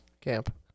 Camp